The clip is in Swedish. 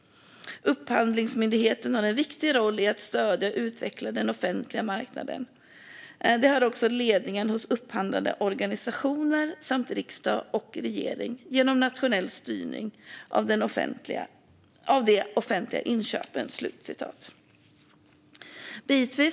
Upphandlingsmyndigheten har en viktig roll i att stödja och utveckla den offentliga marknaden. Det har också ledningen hos upphandlande organisationer samt Riksdag och regering genom nationell styrning av de offentliga inköpen."